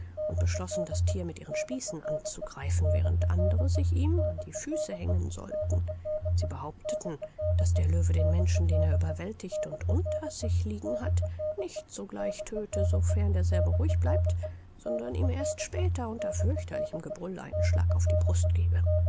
und beschlossen das thier mit ihren spießen anzugreifen während andere sich ihm an die füße hängen sollten sie behaupteten daß der löwe den menschen den er überwältigt und unter sich liegen hat nicht sogleich tödte wofern derselbe ruhig bleibt sondern ihm erst später unter fürchterlichem gebrüll einen schlag auf die brust gebe